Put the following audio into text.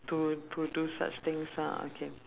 to to do such things ah okay